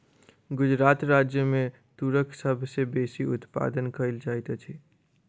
गुजरात राज्य मे तूरक सभ सॅ बेसी उत्पादन कयल जाइत अछि